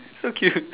so cute